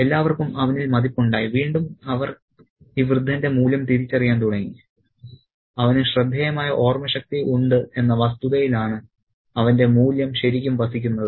എല്ലാവർക്കും അവനിൽ മതിപ്പുണ്ടായി വീണ്ടും അവർ ഈ വൃദ്ധന്റെ മൂല്യം തിരിച്ചറിയാൻ തുടങ്ങി അവന് ശ്രദ്ധേയമായ ഓർമ്മശക്തി ഉണ്ട് എന്ന വസ്തുതയിലാണ് അവന്റെ മൂല്യം ശരിക്കും വസിക്കുന്നത്